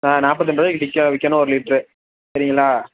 ஆ நாற்பத்தி ரெண்டு ரூபாய்க்கு விற்க வைக்கணும் ஒரு லிட்ரு சரிங்களா